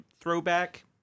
throwback